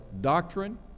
doctrine